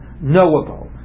knowable